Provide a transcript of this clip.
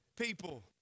people